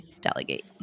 delegate